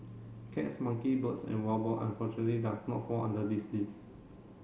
cats monkey birds and wild boar unfortunately does not fall under this list